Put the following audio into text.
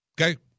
Okay